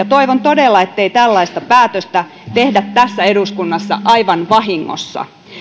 toivon todella ettei tällaista päätöstä tehdä tässä eduskunnassa aivan vahingossa